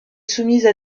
soumises